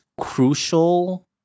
crucial